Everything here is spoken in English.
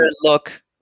look